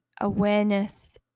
awareness